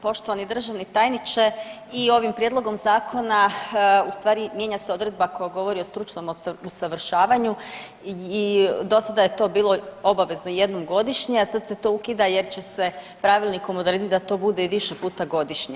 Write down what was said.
Poštovani državni tajniče, i ovim prijedlogom Zakona ustvari mijenja se odredba koja govori o stručnom usavršavanju i dosada je to bila obavezno jednog godišnje, a sad se to ukida jer će se pravilnikom odrediti da to bude i više puta godišnje.